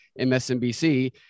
MSNBC